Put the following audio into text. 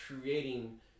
creating